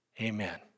Amen